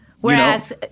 whereas